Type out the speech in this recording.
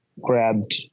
grabbed